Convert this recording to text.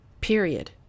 Period